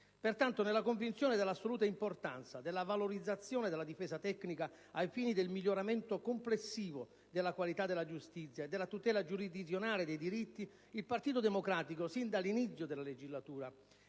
Pertanto, nella convinzione dell'assoluta importanza della valorizzazione della difesa tecnica ai fini del miglioramento complessivo della qualità della giustizia e della tutela giurisdizionale dei diritti, il Partito Democratico, fin dall'inizio della legislatura,